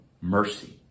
mercy